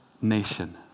nation